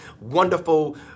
wonderful